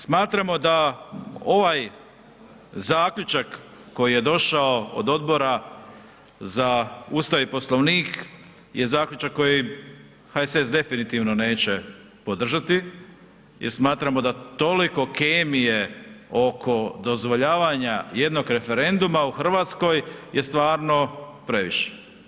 Smatramo da ovaj zaključak koji je došao od Odbora za Ustav i Poslovnik je zaključak koji HSS definitivno neće podržati jer smatramo da toliko kemije oko dozvoljavanja jednog referenduma u Hrvatskoj je stvarno previše.